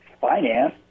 finance